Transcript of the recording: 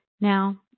Now